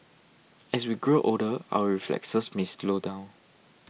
as we grow older our reflexes may slow down